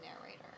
narrator